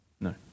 No